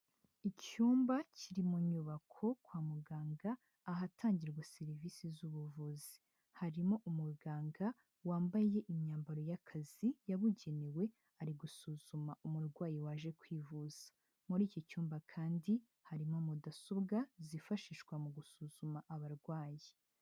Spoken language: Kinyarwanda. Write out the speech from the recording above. Icyumba kiri mu nyubako kwa muganga ahatangirwa serivisi z'ubuvuzi, harimo umuganga wambaye imyambaro y'akazi yabugenewe ari gusuzuma umurwayi waje kwivuza, muri iki cyumba kandi harimo mudasobwa zifashishwa mu gusuzuma abarwayi.